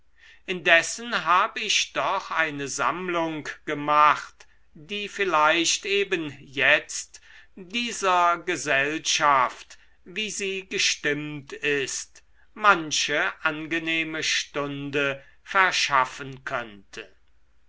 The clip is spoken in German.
indessen hab ich doch eine sammlung gemacht die vielleicht eben jetzt dieser gesellschaft wie sie gestimmt ist manche angenehme stunde verschaffen könnte